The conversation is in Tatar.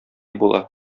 була